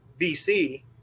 BC